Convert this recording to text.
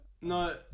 No